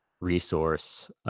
resource